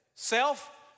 Self